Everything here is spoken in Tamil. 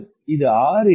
இது 6 என்றால் என்ன